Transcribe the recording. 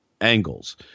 angles